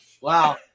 Wow